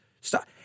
stop